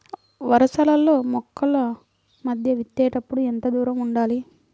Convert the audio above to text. వరసలలో మొక్కల మధ్య విత్తేప్పుడు ఎంతదూరం ఉండాలి?